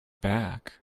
back